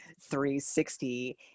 360